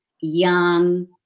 young